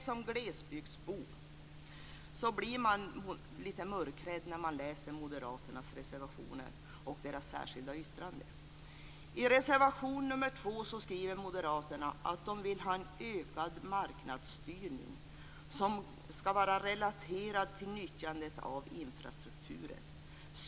Som glesbygdsbo blir jag lite mörkrädd när jag läser moderaternas reservationer och deras särskilda yttrande. I reservation nr 2 skriver moderaterna att de vill ha en ökad marknadsstyrning som ska vara relaterad till nyttjandet av infrastrukturen.